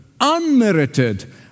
unmerited